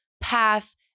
path